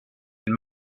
elle